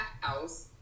house